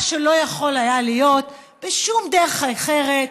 מה שלא היה יכול להיות בשום דרך אחרת,